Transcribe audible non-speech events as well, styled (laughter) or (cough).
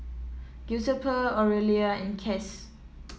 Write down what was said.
Giuseppe Orelia and Cas (noise)